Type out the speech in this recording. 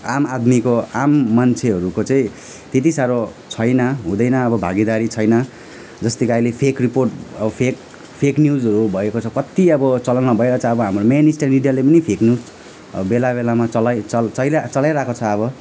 आम आदमीको आम मान्छेहरूको चाहिँ त्यति साह्रो छैन हुँदैन अब भागिदारी छैन जस्तै कि अहिले फेक रिपोर्ट अब फेक फेक न्युजहरू भएको छ कति अब चलनमा भइरहेछ अब हाम्रो मेन स्ट्रिम मिडियाले पनि फेक न्युज अब बेला बेलामा चलाइ च चलाइ चलाइरहेको छ अब